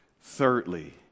thirdly